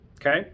okay